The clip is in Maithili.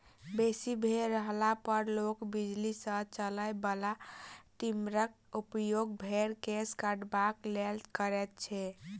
बेसी भेंड़ रहला पर लोक बिजली सॅ चलय बला ट्रीमरक उपयोग भेंड़क केश कटबाक लेल करैत छै